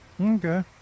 Okay